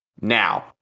Now